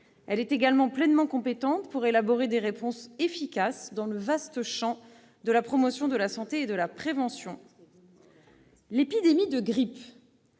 Elle est également pleinement compétente pour élaborer des réponses efficaces dans le vaste champ de la promotion de la santé et de la prévention. L'épidémie de grippe